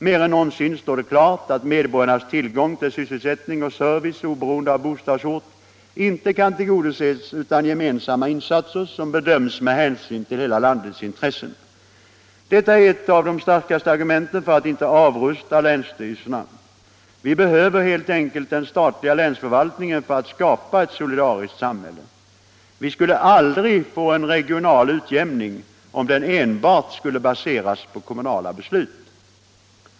Mer än någonsin står det klart att medborgarnas tillgång till sysselsättning och service oberoende av bostadsort inte kan tillgodoses utan gemensamma insatser som bedöms med hänsyn till hela landets intressen. Detta är ett av de starkaste argumenten för att inte avrusta länsstyrelserna. Vi behöver helt enkelt den statliga länsförvaltningen för att skapa ett solidariskt samhälle. Vi skulle aldrig få en regional utjämning om den enbart skulle baseras på kommunala beslut.